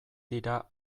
dira